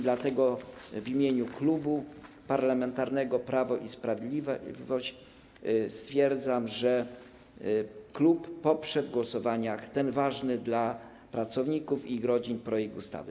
Dlatego w imieniu Klubu Parlamentarnego Prawo i Sprawiedliwość stwierdzam, że klub poprze w głosowaniach ten ważny dla pracowników i ich rodzin projekt ustawy.